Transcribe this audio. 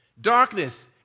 Darkness